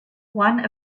one